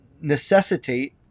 necessitate